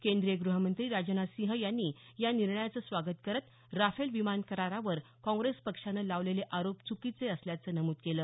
केंद्रीय ग्रहमंत्री राजनाथ सिंह यांनी या निर्णयाचं स्वागत करत राफेल विमान करारावर काँग्रेस पक्षानं लावलेले आरोप चुकीचे असल्याचं नमूद केलं